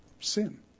sin